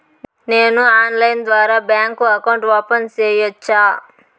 నేను ఆన్లైన్ ద్వారా bank account open సేయొచ్చా?